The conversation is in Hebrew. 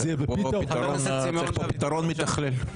צריך פתרון מתכלל.